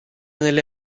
nelle